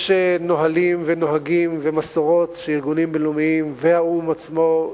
יש נהלים ונהגים ומסורות שארגונים בין-לאומיים והאו"ם עצמו,